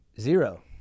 zero